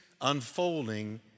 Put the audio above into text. unfolding